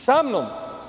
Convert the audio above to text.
Sa mnom?